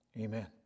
Amen